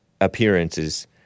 appearances